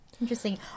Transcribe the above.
Interesting